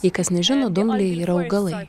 jei kas nežino dumbliai yra augalai